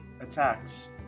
attacks